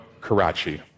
Karachi